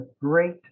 great